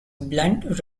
blunt